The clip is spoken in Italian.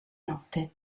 note